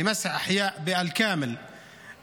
למחוק כליל שכונות שלמות,